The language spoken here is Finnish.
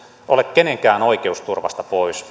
ole kenenkään oikeusturvasta pois